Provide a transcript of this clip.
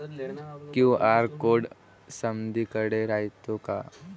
QR code समदीकडे रायतो का?